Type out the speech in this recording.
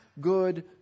good